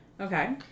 Okay